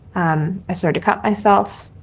um i start to cut myself.